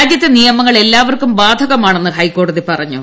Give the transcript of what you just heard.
രാജ്യത്തെ നിയ്മങ്ങൾ എല്ലാവർക്കും ബാധകമാണെന്ന് ഹൈക്കോടതി പറഞ്ഞു